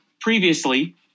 previously